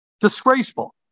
disgraceful